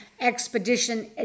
expedition